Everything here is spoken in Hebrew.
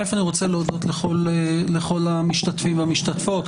אני רוצה להודות לכל המשתתפים והמשתתפות,